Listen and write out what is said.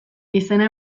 izena